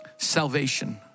salvation